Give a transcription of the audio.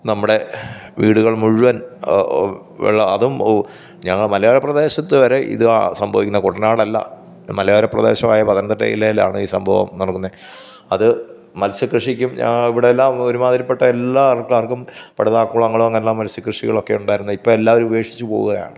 നമ്മുടെ വീടുകള് മുഴുവന് വെള്ളം അതും ഞങ്ങ മലയോര പ്രദേശത്ത് വരെ ഇതാ സംഭവിക്കുന്നെ കുട്ടനാടല്ല മലയോര പ്രദേശവായ പത്തനന്തിട്ട ജില്ലേലാണ് ഈ സംഭവം നടക്കുന്നെ അത് മത്സ്യ കൃഷിക്കും ഇവിടെല്ലാം ഒരുമാതിരിപെട്ട എല്ലാ ആള്ക്കാര്ക്കും പടുത കുളങ്ങള് അങ്ങനെയുള്ള മത്സ്യ കൃഷികളൊക്കെ ഉണ്ടായിരുന്നു ഇപ്പോൾ എല്ലാവരും ഉപേഷിച്ച് പോവുകയാണ്